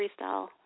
freestyle